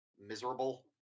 miserable